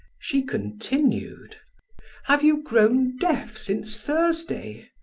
she continued have you grown deaf since thursday?